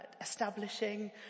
establishing